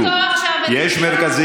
אבל לא נפתור עכשיו, יש מרכזים.